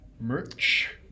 merch